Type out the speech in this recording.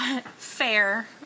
Fair